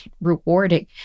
rewarding